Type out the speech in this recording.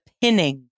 pinning